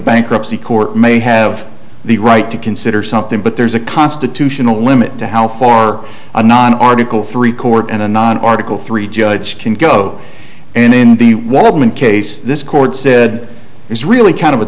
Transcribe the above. bankruptcy court may have the right to consider something but there's a constitutional limit to how far a non article three court and a non article three judge can go in in the one element case this court said is really kind of a